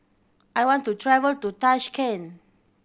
I want to travel to Tashkent